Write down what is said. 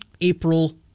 April